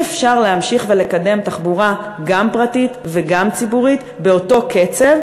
אי-אפשר להמשיך ולקדם תחבורה גם פרטית וגם ציבורית באותו קצב